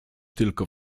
tylko